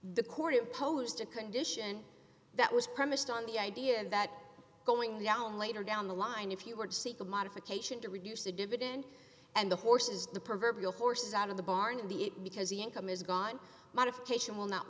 the court imposed a condition that was premised on the idea that going down later down the line if you were to seek the modification to reduce the dividend and the horses the proverbial horse is out of the barn in the it because the income is gone modification will not